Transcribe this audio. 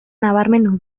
nabarmendu